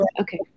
Okay